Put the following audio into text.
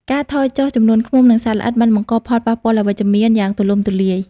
ការថយចុះចំនួនឃ្មុំ និងសត្វល្អិតបានបង្កផលប៉ះពាល់អវិជ្ជមានយ៉ាងទូលំទូលាយ។